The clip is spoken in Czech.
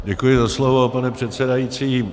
Děkuji za slovo, pane předsedající.